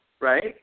right